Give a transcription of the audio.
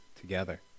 together